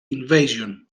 invasion